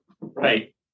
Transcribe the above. Right